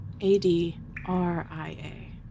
A-D-R-I-A